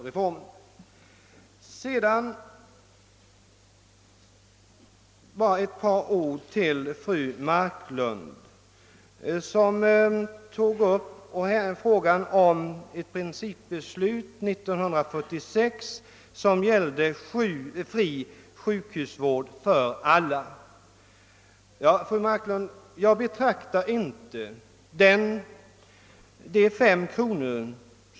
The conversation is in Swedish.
Jag vill också säga ett par ord till fru Marklund, som tog upp frågan om ett principbeslut av år 1946 angående fri sjukhusvård för alla. Jag betraktar inte de 5 kr.